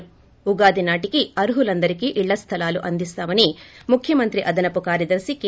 ి ఉగాది నాటికీ అర్హులందరికీ ఇళ్ళ స్థలాలు అందిస్తామని ముఖ్యమంత్రి అదనపు కార్యదర్ప కె